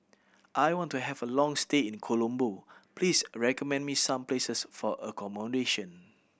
I want to have a long stay in Colombo Please recommend me some places for accommodation